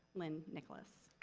lynn nicholas.